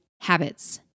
habits